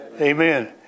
Amen